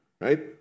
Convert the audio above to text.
right